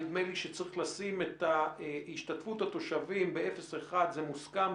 נדמה לי שצריך לשים את השתתפות התושבים באפס עד אחד זה מוסכם.